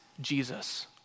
Jesus